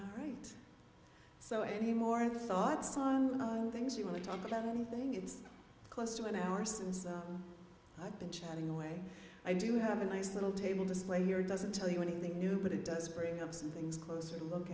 like right so any more thoughts things you want to talk about anything it's close to an hour since i've been chatting away i do have a nice little table display here doesn't tell you anything new but it does bring up some things closer to look